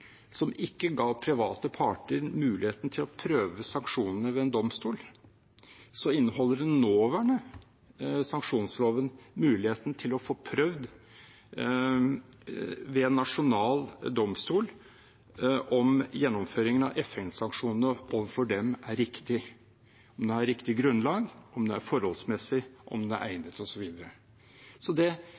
som ikke ga private parter muligheten til å prøve sanksjonene for en domstol, inneholder den nåværende sanksjonsloven muligheten til å få prøvd ved en nasjonal domstol om gjennomføringen av FN-sanksjonene overfor dem er riktig, om det er på riktig grunnlag, om det er forholdsmessig, om det er egnet osv. Det forebygger nettopp det